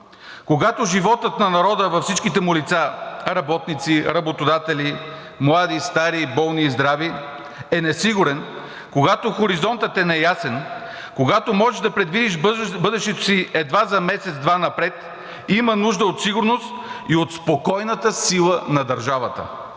Когато животът на народа във всичките му лица – работници, работодатели, млади, стари, болни и здрави, е несигурен, когато хоризонтът е неясен, когато можеш да предвидиш бъдещето си едва месец-два напред, има нужда от сигурност и спокойната сила на държавата,